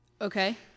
Okay